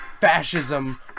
fascism